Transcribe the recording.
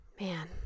man